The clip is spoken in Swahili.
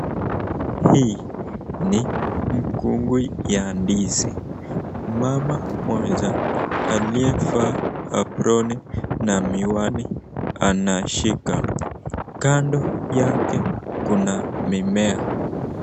Hii ni mkungu ya ndizi, mama mmoja aliyevaa aproni na miwani anashika, kando yake kuna mimea.